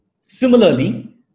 Similarly